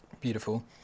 beautiful